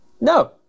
No